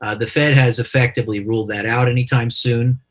ah the fed has effectively ruled that out anytime soon,